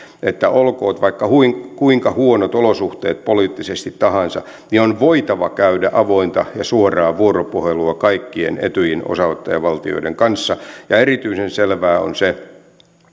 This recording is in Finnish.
että olkoot kuinka kuinka huonot olosuhteet poliittisesti tahansa niin on voitava käydä avointa ja suoraa vuoropuhelua kaikkien etyjin osanottajavaltioiden kanssa ja erityisen selvää on se